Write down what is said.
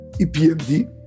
EPMD